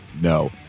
No